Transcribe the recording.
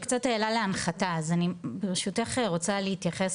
קצת העלה להנחתה אז אני ברשותך רוצה להתייחס,